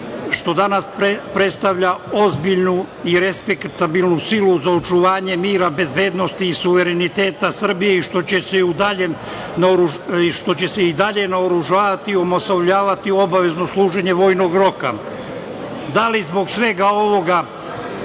što danas predstavlja ozbiljnu i respektabilnu silu za očuvanje mira, bezbednosti i suvereniteta Srbije i što će se i dalje naoružavati, omasovljavati obavezno služenje vojnog roka. Da li zbog svega ovoga